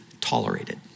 tolerated